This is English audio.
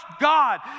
God